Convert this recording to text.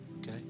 Okay